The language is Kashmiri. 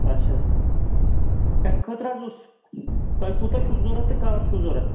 اچھا کَمہِ خٲطرٕ حظ اوس تۄہہِ کوٗتاہ چھُو ضوٚرَتھ تہٕ کَر چھُو ضوٚرَتھ